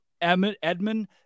Edmund